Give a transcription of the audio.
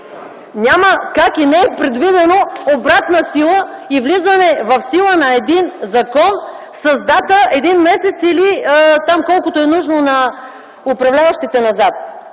Няма как, не е предвидено обратна сила и влизане в сила на един закон с дата един месец или там, колкото е нужно на управляващите, назад.